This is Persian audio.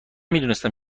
میدونستم